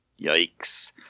yikes